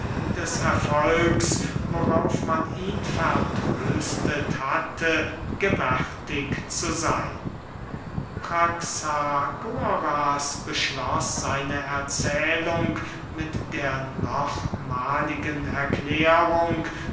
des erfolgs worauf man ihn vertröstet hatte gewärtig zu seyn praxagoras beschloß seine erzählung mit der nochmahligen erklärung